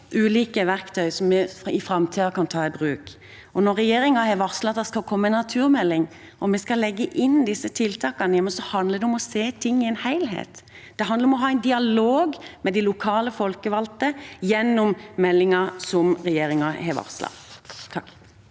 ulike verktøy vi i framtiden kan ta i bruk. Når regjeringen har varslet at det skal komme en naturmelding, og vi skal legge inn disse tiltakene, ja, så handler det om å se ting i en helhet. Det handler om å ha en dialog med de lokale folkevalgte gjennom meldingen som regjeringen har varslet. Per